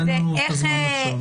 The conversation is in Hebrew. אבל אין לנו זמן עכשיו.